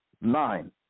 Nine